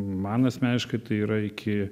man asmeniškai tai yra iki